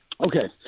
okay